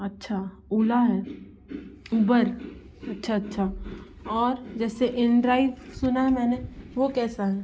अच्छा उला है ऊबर अच्छा अच्छा और जैसे इनड्राइव सुना है मैंने वह कैसा है